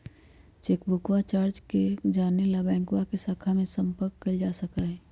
चेकबुकवा चार्ज के जाने ला बैंकवा के शाखा में संपर्क कइल जा सका हई